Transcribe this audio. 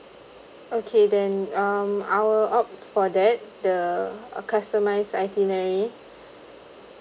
okay then um I will opt for that the a customised itinerary